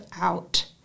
out